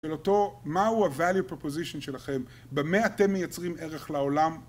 אותו מהו הvalue proposition שלכם, במה אתם מייצרים ערך לעולם?